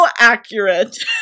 accurate